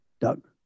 Doug